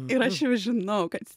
ir aš jau žinau kad